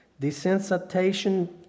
desensitization